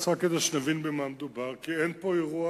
רק כדי שתבין במה מדובר, אין פה אירוע